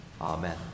Amen